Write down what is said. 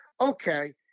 Okay